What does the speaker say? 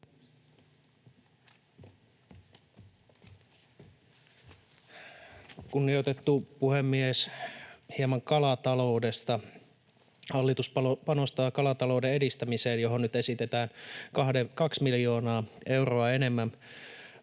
Kunnioitettu puhemies! Hieman kalataloudesta: Hallitus panostaa kalatalouden edistämiseen, johon nyt esitetään 2 miljoonaa euroa enemmän